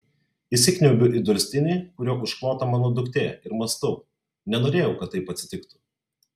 įsikniaubiu į durstinį kuriuo užklota mano duktė ir mąstau nenorėjau kad taip atsitiktų